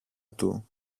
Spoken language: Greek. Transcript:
του